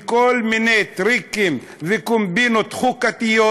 בכל מיני טריקים וקומבינות חוקתיות,